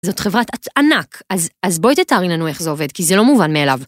זאת חברת ענק, אז בואי תתארי לנו איך זה עובד, כי זה לא מובן מאליו.